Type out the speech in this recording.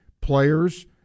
players